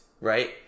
right